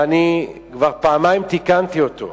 וכבר פעמיים תיקנתי אותו.